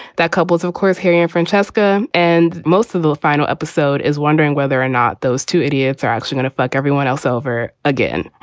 that couples, of course, harry and francesca and most of the final episode is wondering whether or not those two idiots are actually gonna fuck everyone else over again